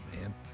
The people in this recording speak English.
man